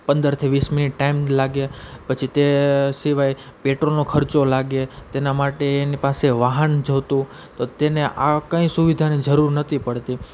પંદરથી વીસ minute time લાગે પછી તે સિવાય પેટ્રોલનો ખર્ચો લાગે તેના માટે એની પાસે વાહન જોતું તો તેને આ કંઈ સુવિધાની જરૂર નહોતી પડતી